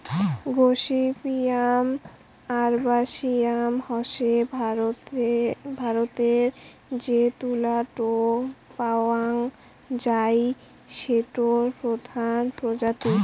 gossypium আরবাসিয়াম হসে ভারতরে যে তুলা টো পাওয়াং যাই সেটোর প্রধান প্রজাতি